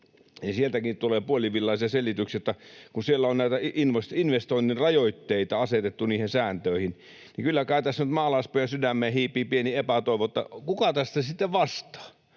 sieltäkin tulee puolivillaisia selityksiä, että siellä on näitä investoinnin rajoitteita asetettu niihin sääntöihin. Kyllä kai tässä nyt maalaispojan sydämeen hiipii pieni epätoivo siitä, kuka tästä sitten vastaa.